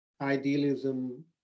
idealism